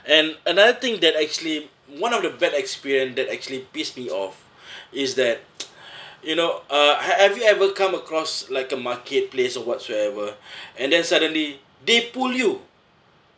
and another thing that actually one of the bad experience that actually pissed me off is that you know uh have you ever come across like a marketplace or whatsoever and then suddenly they pull you